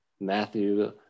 Matthew